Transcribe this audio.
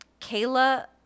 Kayla